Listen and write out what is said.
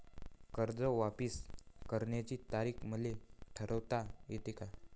कर्ज वापिस करण्याची तारीख मले ठरवता येते का?